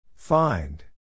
Find